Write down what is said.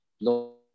No